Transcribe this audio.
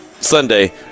Sunday